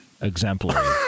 Exemplary